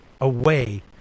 away